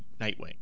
nightwing